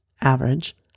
average